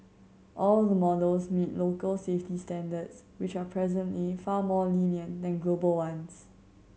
all the models meet local safety standards which are presently far more lenient than global ones